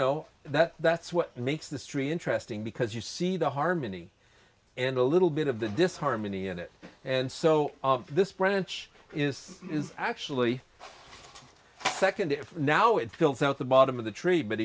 know that that's what makes the street interesting because you see the harmony and a little bit of the disharmony in it and so this branch is is actually the second if now it fills out the bottom of the